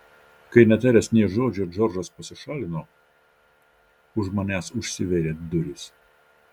kai netaręs nė žodžio džordžas pasišalino už manęs užsivėrė durys